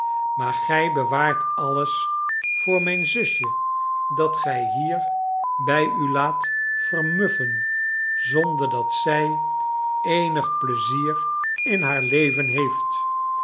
maar gij bewaart alles voor mijn zusje dat gij hier bij u laat vermuffen zonder dat zij eenig pleizier in haar leven heeft